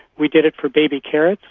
we did it for baby carrots,